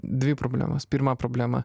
dvi problemas pirma problema